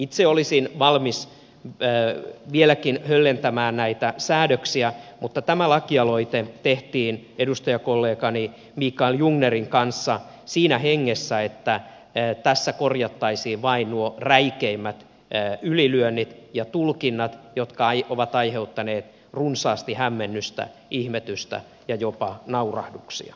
itse olisin valmis vieläkin höllentämään näitä säädöksiä mutta tämä lakialoite tehtiin edustajakollegani mikael jungnerin kanssa siinä hengessä että tässä korjattaisiin vain nuo räikeimmät ylilyönnit ja tulkinnat jotka ovat aiheuttaneet runsaasti hämmennystä ihmetystä ja jopa naurahduksia